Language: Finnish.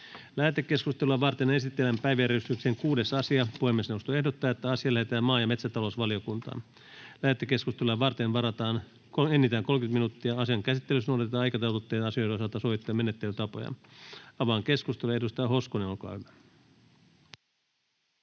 Lähetekeskustelua varten esitellään päiväjärjestyksen 13. asia. Puhemiesneuvosto ehdottaa, että asia lähetetään maa- ja metsätalousvaliokuntaan. Lähetekeskustelua varten varataan enintään 30 minuuttia. Asian käsittelyssä noudatetaan aikataulutettujen asioiden osalta sovittuja menettelytapoja. Mennään keskusteluun. — Edustaja Elomaa, esittely, olkaa hyvä.